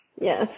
yes